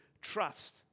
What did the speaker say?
trust